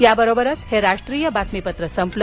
याबरोबरच हे राष्ट्रीय बातमीपत्र संपलं